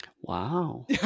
Wow